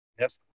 Yes